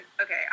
okay